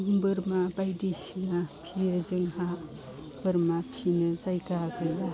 बोरमा बायदिसिना फिसियो जोंहा बोरमा फिसिनो जायगा गैया